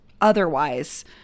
otherwise